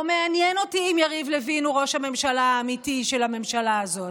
לא מעניין אותי אם יריב לוין הוא ראש הממשלה האמיתי של הממשלה הזאת.